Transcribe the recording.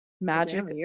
magic